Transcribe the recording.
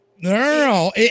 No